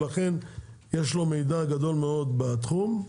ולכן יש לו מידע גדול מאוד בתחום.